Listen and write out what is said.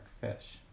fish